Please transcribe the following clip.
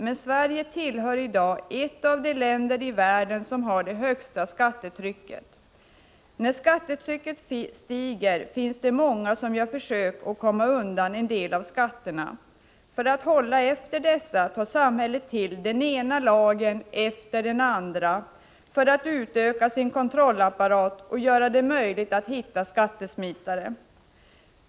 Men Sverige tillhör i dag ett av de länder i världen som har det högsta skattetrycket. När skattetrycket stiger finns det många som gör försök att komma undan en del av skatterna. För att hålla efter dessa tar samhället till den ena lagen efter den andra för att utöka sin kontrollapparat och göra det möjligt att hitta skattesmitare.